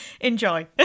enjoy